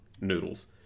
noodles